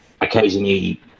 occasionally